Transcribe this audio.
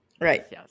Right